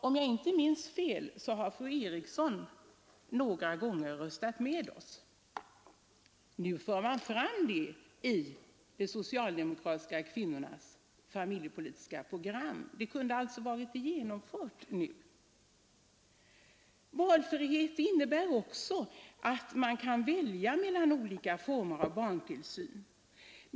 Om jag inte minns fel har fru Eriksson i Stockholm några gånger röstat med oss. Nu för man fram detta i de socialdemokratiska kvinnornas familjepolitiska program, men reformen kunde alltså redan ha varit förverkligad. Valfrihet innebär också att man kan välja mellan olika former av barntillsyn.